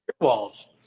Walls